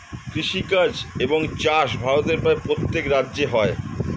কৃষিকাজ এবং চাষ ভারতের প্রায় প্রত্যেক রাজ্যে হয়